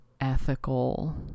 ethical